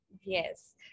Yes